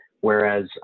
Whereas